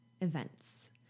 events